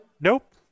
Nope